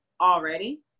already